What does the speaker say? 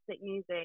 music